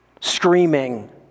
screaming